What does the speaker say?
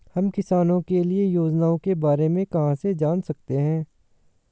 हम किसानों के लिए योजनाओं के बारे में कहाँ से जान सकते हैं?